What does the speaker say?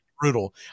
brutal